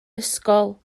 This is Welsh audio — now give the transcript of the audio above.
ysgol